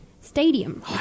stadium